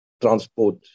transport